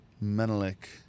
Menelik